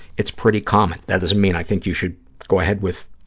it's pretty common. that doesn't mean i think you should go ahead with,